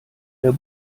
der